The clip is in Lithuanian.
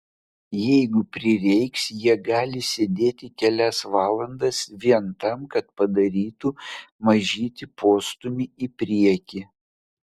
jeigu prireiks jie gali sėdėti kelias valandas vien tam kad padarytų mažytį postūmį į priekį